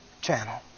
channel